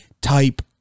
type